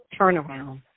turnaround